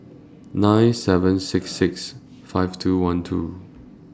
nine seven six six five two one two